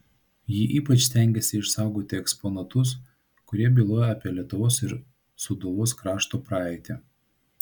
ji ypač stengėsi išsaugoti eksponatus kurie byloja apie lietuvos ir sūduvos krašto praeitį